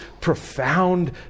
profound